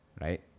right